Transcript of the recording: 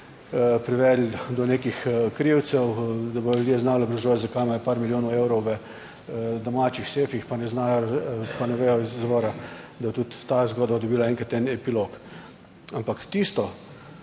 privedli do nekih krivcev, da bodo ljudje znali obrazložiti, zakaj imajo par milijonov evrov v domačih šefih, pa ne znajo, pa ne vedo izvora. Da bo tudi ta zgodba dobila enkrat en epilog. Ampak tisto,